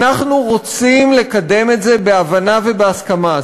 שאנחנו רוצים לקדם את זה בהבנה ובהסכמה.